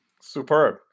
superb